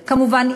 כמובן,